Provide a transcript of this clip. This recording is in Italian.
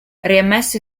riammesso